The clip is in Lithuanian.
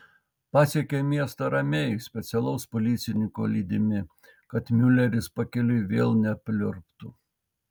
pasiekė miestą ramiai specialaus policininko lydimi kad miuleris pakeliui vėl nepliurptų